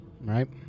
right